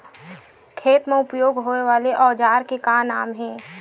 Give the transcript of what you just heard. खेत मा उपयोग होए वाले औजार के का नाम हे?